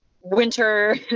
winter